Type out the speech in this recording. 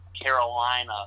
Carolina